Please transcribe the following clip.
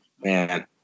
man